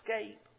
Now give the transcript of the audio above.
escape